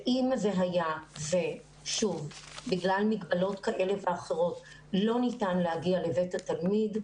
והיה ובגלל מגבלות כאלה ואחרות לא ניתן להגיע לבית התלמיד,